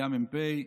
היה מ"פ,